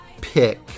pick